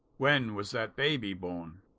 when was that baby born?